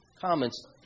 comments